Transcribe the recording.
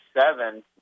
seven